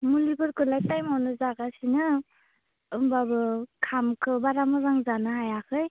मुलिफोरखौलाय टाइमावनो जागासिनो होनबाबो ओंखामखौ बारा मोजां जानो हायाखै